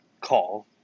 call